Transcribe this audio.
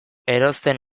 erosten